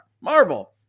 Marvel